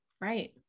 Right